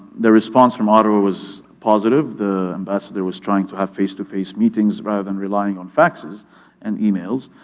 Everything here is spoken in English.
the response from ottawa was positive. the ambassador was trying to have face to face meetings rather than relying on faxes and emails,